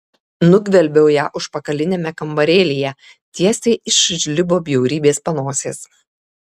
nugvelbiau ją užpakaliniame kambarėlyje tiesiai iš žlibo bjaurybės panosės